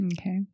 okay